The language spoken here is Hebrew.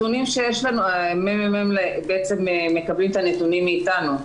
הממ"מ מקבלים את הנתונים מאיתנו.